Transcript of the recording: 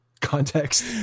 context